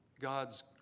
God's